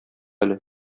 әле